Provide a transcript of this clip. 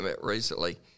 recently